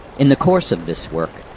in the course of this work,